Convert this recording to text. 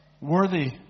worthy